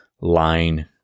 line